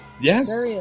Yes